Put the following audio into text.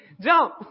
Jump